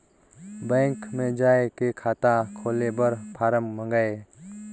Bank मे जाय के खाता खोले बर फारम मंगाय?